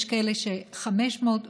יש כאלה שאומרים 500,